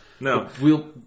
No